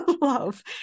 love